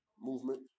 movement